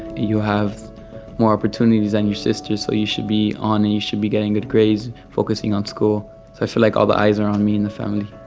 you have more opportunities than your sisters, so you should be on it. you should be getting good grades, focusing on school. so i feel like all the eyes are on me in the family.